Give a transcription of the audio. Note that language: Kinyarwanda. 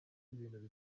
ibintu